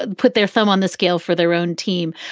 put their thumb on the scale for their own team.